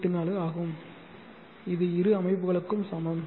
84 ஆகும் இது இரு அமைப்புகளுக்கும் சமம்